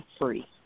free